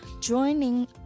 Joining